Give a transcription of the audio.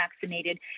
vaccinated